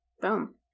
Boom